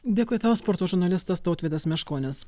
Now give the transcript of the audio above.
dėkui tau sporto žurnalistas tautvydas meškonis